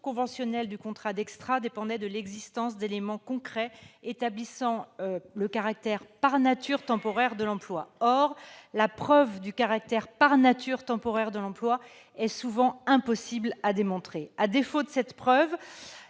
conventionnelle du contrat d'« extra » dépendait de l'existence d'éléments concrets établissant le caractère « par nature temporaire » de l'emploi. Or la preuve de ce caractère « par nature temporaire » de l'emploi est souvent impossible à apporter. À défaut de cette preuve,